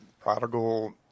prodigal